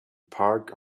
park